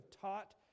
taught